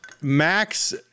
Max